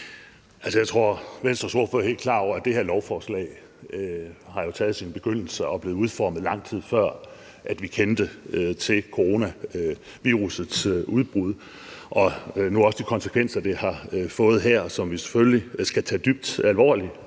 jeg tror, at Venstres ordfører er helt klar over, at det her lovforslag har taget sin begyndelse og er blevet udformet, lang tid før vi kendte til coronavirussets udbrud og nu også de konsekvenser, det har fået her, som vi selvfølgelig skal tage dybt alvorligt,